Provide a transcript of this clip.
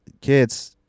kids